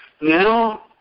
Now